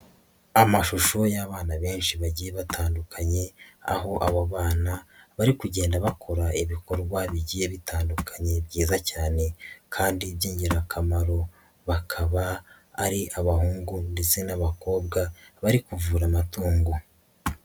Amashusho y'abana benshi bagiye batandukanye aho abo bana bari kugenda bakora ibikorwa bigiye bitandukanye byiza cyane kandi by'ingirakamaro, bakaba ari abahungu ndetse n'abakobwa bari kuvura amatungo.